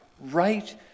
right